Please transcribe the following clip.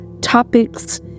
topics